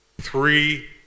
three